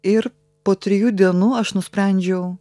ir po trijų dienų aš nusprendžiau